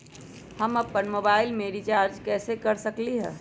हम अपन मोबाइल में रिचार्ज कैसे कर सकली ह?